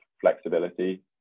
flexibility